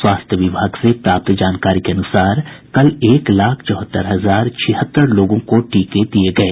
स्वास्थ्य विभाग से प्राप्त जानकारी के अनुसार कल एक लाख चौहत्तर हजार छिहत्तर लोगों को टीके दिये गये